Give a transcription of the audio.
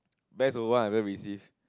based of one hundred received